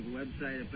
website